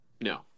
no